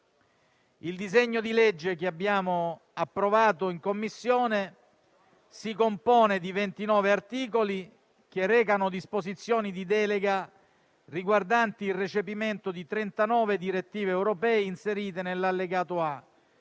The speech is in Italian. Il disegno di legge che abbiamo approvato in Commissione si compone di 29 articoli, che recano disposizioni di delega riguardanti il recepimento di 39 direttive europee, inserite nell'allegato A,